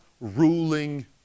ruling